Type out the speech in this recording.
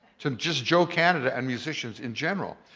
to just joe canada and musicians, in general.